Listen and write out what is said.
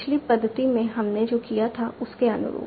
पिछली पद्धति में हमने जो किया था उसके अनुरूप